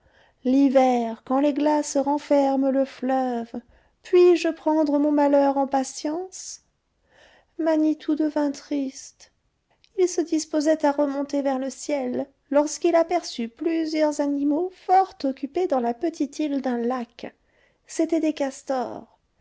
l'hiver quand les glaces renferment le fleuve puis-je prendre mon malheur en patience manitou devint triste il se disposait à remonter vers le ciel lorsqu'il aperçut plusieurs animaux fort occupés dans la petite île d'un lac c'étaient des castors